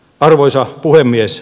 arvoisa puhemies